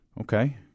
Okay